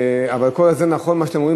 אבל כל זה נכון, מה שאתם אומרים.